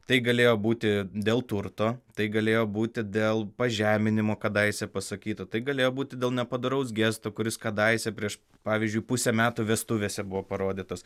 tai galėjo būti dėl turto tai galėjo būti dėl pažeminimo kadaise pasakyta tai galėjo būti dėl nepadoraus gesto kuris kadaise prieš pavyzdžiui pusę metų vestuvėse buvo parodytas